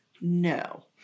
No